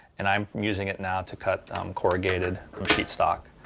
and i'm using it now to cut corrugated sheet stock.